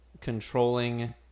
controlling